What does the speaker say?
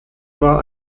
war